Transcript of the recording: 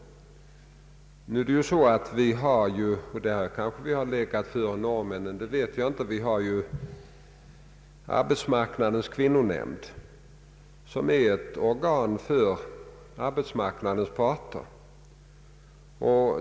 Vi kanske har legat före norrmännen på detta område, då vi har Arbetsmarknadens kvinnonämnd som är ett organ för arbetsmarknadens parter.